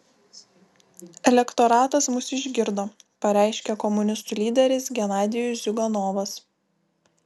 elektoratas mus išgirdo pareiškė komunistų lyderis genadijus ziuganovas